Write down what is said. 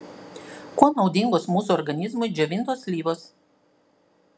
kuo naudingos mūsų organizmui džiovintos slyvos